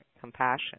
compassion